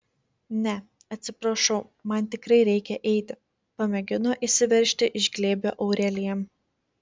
ne atsiprašau man tikrai reikia eiti pamėgino išsiveržti iš glėbio aurelija